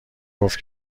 گفت